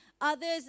others